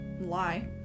lie